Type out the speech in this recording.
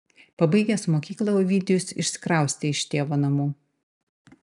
pabaigęs mokyklą ovidijus išsikraustė iš tėvo namų